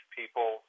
people